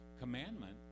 commandment